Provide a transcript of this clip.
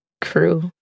Crew